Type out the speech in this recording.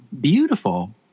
Beautiful